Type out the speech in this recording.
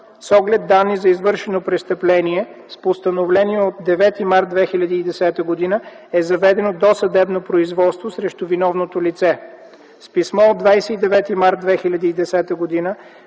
С оглед данни за извършено престъпление, с постановление от 9 март 2010 г. е заведено досъдебно производство срещу виновното лице. С писмо от 29 март 2010 г.